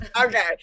Okay